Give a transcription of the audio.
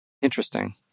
Interesting